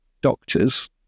doctors